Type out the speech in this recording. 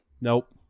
Nope